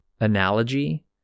analogy